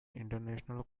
international